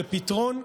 לפתרון,